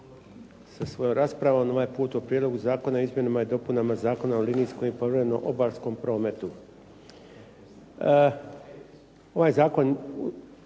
sa svojom raspravom ovaj put o Prijedlogu zakona o izmjenama i dopunama Zakona o linijskom i povremenom obalnom prometu. Ovaj zakon